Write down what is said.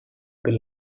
per